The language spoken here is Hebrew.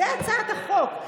זו הצעת החוק.